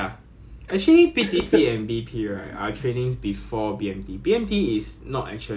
B_M_T ya is a two month phase then P_T_P or obese training is another two months also